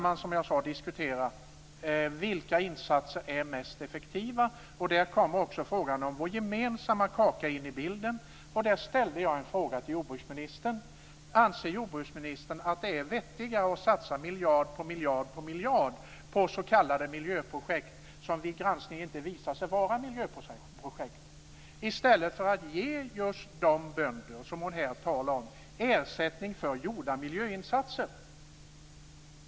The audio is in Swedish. Man kan diskutera vilka insatser som är mest effektiva, och där kommer också frågan om vår gemensamma kaka in i bilden. Jag ställde en fråga till jordbruksministern. Anser jordbruksministern att det är vettigare att satsa miljard på miljard på s.k. miljöprojekt, som vid granskning inte visar sig vara miljöprojekt, än att ge just de bönder som hon här talar om ersättning för gjorda miljöinsatser?